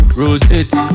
rotate